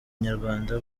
nyarwanda